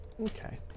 Okay